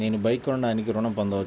నేను బైక్ కొనటానికి ఋణం పొందవచ్చా?